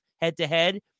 head-to-head